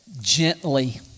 gently